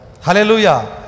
Hallelujah